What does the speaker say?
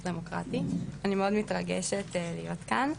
דמוקרטי ואני מאוד מתרגשת להיות כאן.